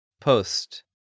post